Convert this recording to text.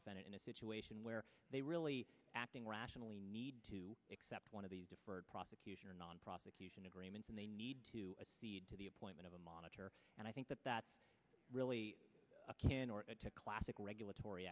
defendant in a situation where they really acting rationally need to accept one of these deferred prosecution or non prosecution agreements and they need to feed to the appointment of a monitor and i think that that really can or classic regulatory